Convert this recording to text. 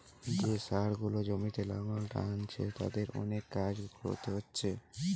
যে ষাঁড় গুলা জমিতে লাঙ্গল টানছে তাদের অনেক কাজ কোরতে হচ্ছে